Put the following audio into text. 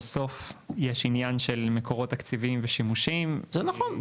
בסוף יש עניין של מקורות תקציבים ושימושים --- זה נכון,